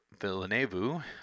Villeneuve